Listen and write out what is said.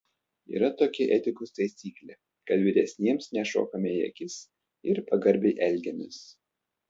yra tokia etikos taisyklė kad vyresniems nešokame į akis ir pagarbiai elgiamės